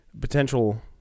potential